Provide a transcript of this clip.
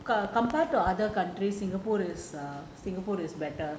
compared to other countries singapore is err singapore is better